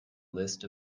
list